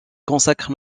consacre